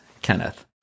kenneth